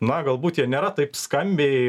na galbūt jie nėra taip skambiai